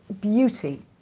beauty